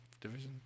Division